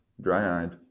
dry-eyed